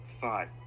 Five